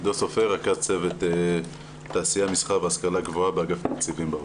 אני רכז צוות תעשיה מסחר והשכלה גבוהה באגף תקציבים באוצר.